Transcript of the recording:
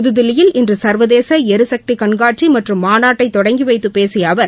புதுதில்லியில் இன்று சர்வதேச எரிசக்தி கண்காட்சி மற்றும் மாநாட்டை தொடங்கி வைத்துப் பேசிய அவர்